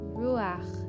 ruach